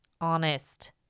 honest